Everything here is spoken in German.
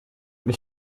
mich